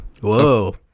Whoa